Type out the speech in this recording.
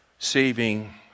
Saving